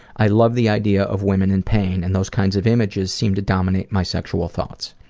i love the idea of women in pain and those kinds of images seem to dominate my sexual thoughts.